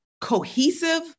cohesive